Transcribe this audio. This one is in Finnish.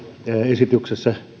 esityksessä